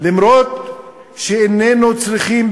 אף שאיננו צריכים,